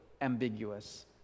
ambiguous